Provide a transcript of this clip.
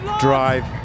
drive